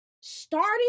starting